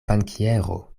bankiero